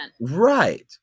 right